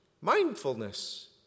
Mindfulness